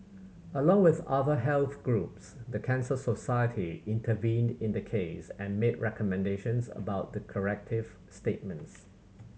along with other health groups the Cancer Society intervened in the case and made recommendations about the corrective statements